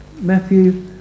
Matthew